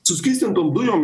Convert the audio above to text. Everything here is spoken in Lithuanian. suskystintom dujom